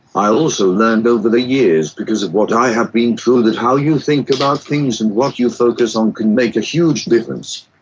i also learned over the years because of what i have been through that how you think about things and what you focus on can make a huge difference.